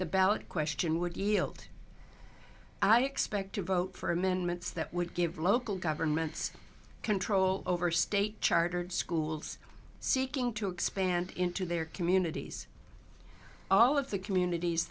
the ballot question would yield i expect to vote for amendments that would give local governments control over state chartered schools seeking to expand into their communities all of the communities